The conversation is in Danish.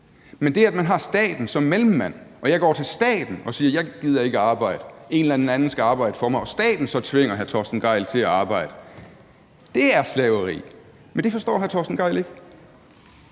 Men det, at man har staten som mellemmand og jeg går til staten og siger, at jeg ikke gider at arbejde, en eller anden anden skal arbejde for mig, og staten så tvinger hr. Torsten Gejl til at arbejde, er slaveri. Men det forstår hr. Torsten Gejl ikke.